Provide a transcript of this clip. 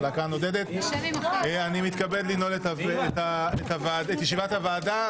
אני מתכבד לנעול את ישיבת הוועדה.